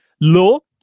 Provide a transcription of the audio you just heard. low